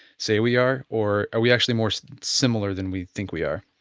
say we are or are we actually more so similar than we think we are?